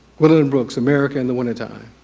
but and brooks, america in the wintertime.